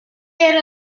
yer